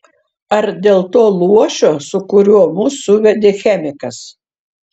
ar dėl to luošio su kuriuo mus suvedė chemikas